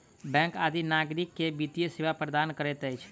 bank आदि नागरिक के वित्तीय सेवा प्रदान करैत अछि